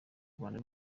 rwanda